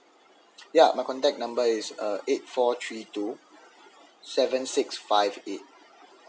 yeah my contact number is uh eight four three two seven six five eight